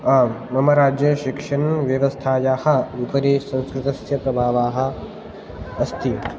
आं मम राज्ये शिक्षणव्यवस्थायाः उपरि संस्कृतस्य प्रभावः अस्ति